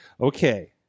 okay